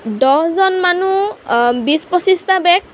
দহজন মানুহ বিছ পঁচিছটা বেগ